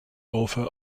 author